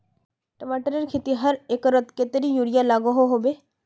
टमाटरेर खेतीत हर एकड़ोत कतेरी यूरिया लागोहो होबे?